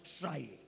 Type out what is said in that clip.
try